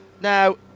Now